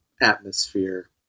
atmosphere